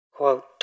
Quote